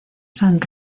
san